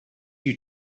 you